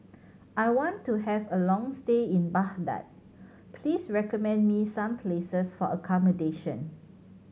I want to have a long stay in Baghdad please recommend me some places for accommodation